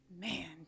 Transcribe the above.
Man